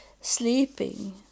sleeping